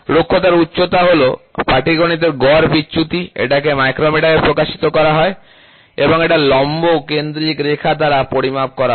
রুক্ষতার উচ্চতা হল পাটিগণিতের গড় বিচ্যুতি এটাকে মাইক্রোমিটার এ প্রকাশিত করা হয় এবং এটা লম্ব কেন্দ্রিক রেখার দ্বারা পরিমাপ করা হয়